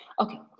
Okay